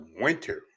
winter